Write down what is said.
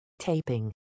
taping